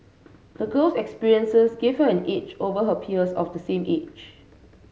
the girl's experiences gave her an edge over her peers of the same age